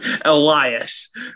Elias